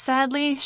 Sadly